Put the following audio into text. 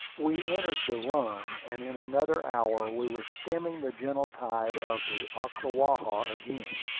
we entered the run, and in another hour we were stemming the gentle tide of the ocklawaha again.